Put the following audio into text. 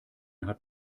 hat